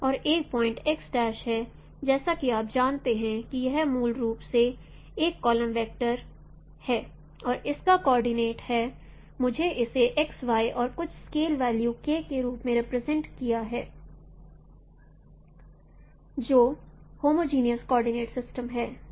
और एक पॉइंट यह है जैसा कि आप जानते हैं कि यह मूल रूप से एक कॉलम वेक्टर है और इसका कोऑर्डिनेट है मुझे इसे x y और कुछ स्केल वेल्यू k के रूप में रिप्रेजेंट किया हैं जो होमोजनियस कोऑर्डिनेट सिस्टम है